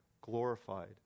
glorified